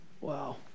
Wow